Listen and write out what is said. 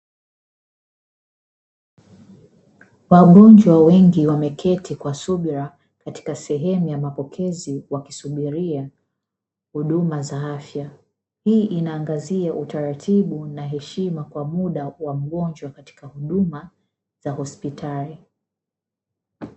Wagonjwa wengi wameketi kwa subira katika sehemu ya mapokezi wakisubiria huduma za afya hii inaangazia utaratibu na heshima kwa muda wa mgonjwa katika huduma za hospitali.